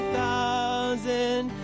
thousand